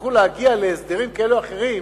כשיצטרכו להגיע להסדרים כאלה או אחרים,